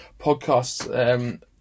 podcasts